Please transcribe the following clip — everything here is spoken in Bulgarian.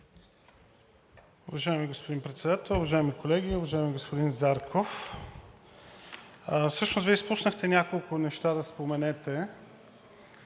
Уважаеми господин Председател, уважаеми колеги! Уважаеми господин Зарков, всъщност Вие изпуснахте няколко неща да споменете.